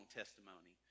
testimony